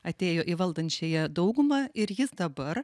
atėjo į valdančiąją daugumą ir jis dabar